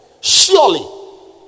Surely